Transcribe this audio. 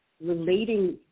relating